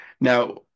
Now